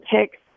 picks